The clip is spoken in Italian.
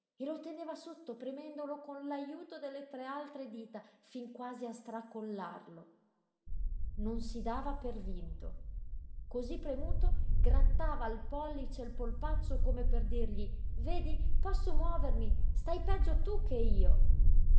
e lo teneva sotto premendolo con l'ajuto delle tre altre dita fin quasi a stracollarlo non si dava per vinto cosí premuto grattava al pollice il polpaccio come per dirgli vedi posso muovermi stai peggio tu che io